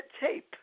tape